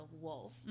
wolf